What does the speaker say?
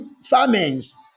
famines